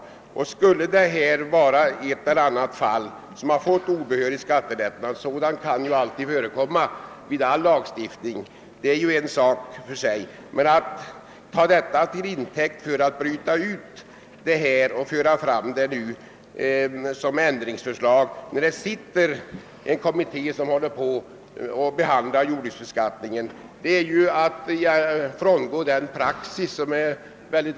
Att ta det förhållandet att det i ett eller annat fall kan uppstå en obehörig skattelättnad — sådant kan ju förekomma vid tillämpningen av all lagstiftning — till intäkt för att bryta ut denna fråga och lägga fram ett särskilt ändringsförslag samtidigt som en kommitté håller på att utreda frågan, om jordbruksbeskattningen skulle innebära ett frångående av en mycket utbredd praxis.